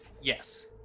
Yes